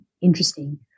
interesting